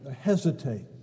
hesitate